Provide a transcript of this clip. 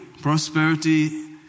prosperity